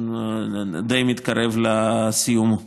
די מתקרב לסיום.